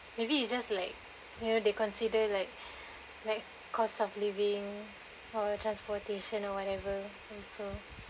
maybe it's just like you know they consider like like cost of living or transportation or whatever so